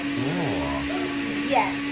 Yes